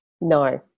No